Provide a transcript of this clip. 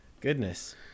Goodness